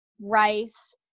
rice